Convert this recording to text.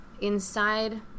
inside